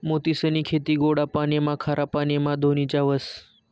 मोतीसनी खेती गोडा पाणीमा, खारा पाणीमा धोनीच्या व्हस